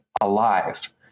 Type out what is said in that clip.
alive